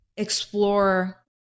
explore